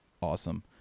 awesome